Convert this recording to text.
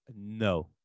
No